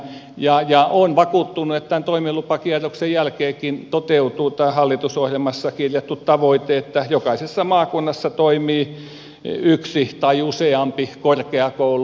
olen vakuuttunut että tämän toimilupakierroksen jälkeenkin toteutuu tämä hallitusohjelmassa kirjattu tavoite että jokaisessa maakunnassa toimii yksi tai useampi korkeakoulu